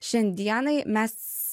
šiandienai mes